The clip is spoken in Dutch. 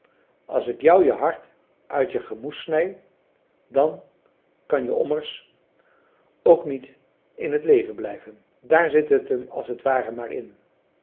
as ik jou je hart uit je gemoed snij dan kan je ommers ook niet in t leven blijven daar zit et em as t ware maar in